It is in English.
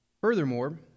Furthermore